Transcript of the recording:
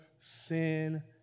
Sin